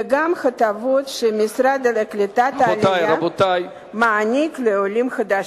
וגם הטבות שהמשרד לקליטת העלייה מעניק לעולים חדשים.